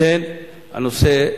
לכן הנושא,